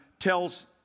tells